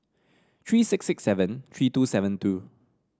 three six six seven three two seven two